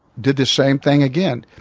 did the same thing again.